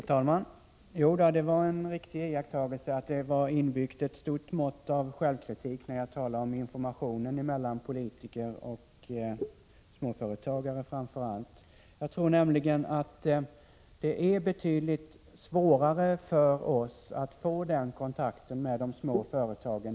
Herr talman! Det var en riktig iakttagelse att ett stort mått av självkritik var inbyggt när jag talade om informationen mellan politiker och framför allt småföretagare. Jag tror nämligen att det är betydligt svårare för oss att få den kontakten med de små företagen.